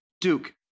Duke